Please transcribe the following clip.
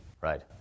Right